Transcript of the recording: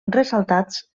ressaltats